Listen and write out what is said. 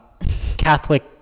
Catholic